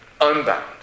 unbound